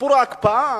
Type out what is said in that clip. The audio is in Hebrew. שסיפור ההקפאה